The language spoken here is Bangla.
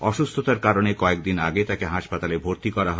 অসুস্হতার কারনে কয়েকদিন আগে তাঁকে হাসপাতালে ভর্তি করা হয়